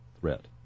threat